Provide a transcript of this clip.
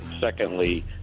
Secondly